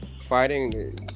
fighting